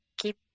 Keep